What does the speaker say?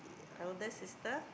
elder sister